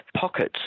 pockets